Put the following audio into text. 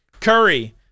Curry